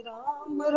Ram